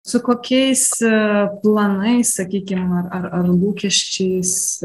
su kokiais planai sakykime ar ar lūkesčiais